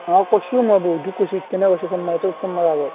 অঁ কৈছোঁ মই বহুতক কৈছোঁ ইতেনে কৈছোঁ ফোন মাৰোঁতে ফোন মৰাৰ আগত